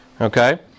Okay